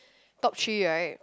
top three right